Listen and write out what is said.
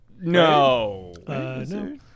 no